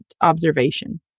observation